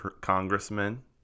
congressman